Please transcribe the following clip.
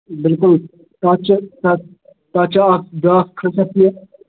بِلکُل تتھ چھُ سر تتھ چھُ اَکھ بیٛاکھ خٲصِیت یہِ